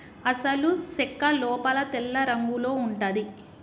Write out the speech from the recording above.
అసలు సెక్క లోపల తెల్లరంగులో ఉంటది